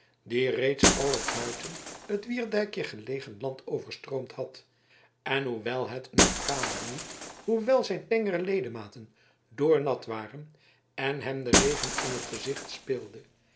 die reeds al het buiten het wierdijkje gelegen land overstroomd had en hoewel het een orkaan woei hoewel zijn tengere ledematen doornat waren en hem de regen in t gezicht speelde